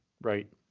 right